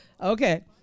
Okay